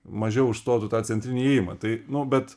mažiau užstotų tą centrinį įėjimą tai nu bet